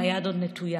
והיד עוד נטויה.